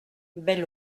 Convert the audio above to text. belle